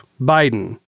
Biden